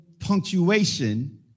punctuation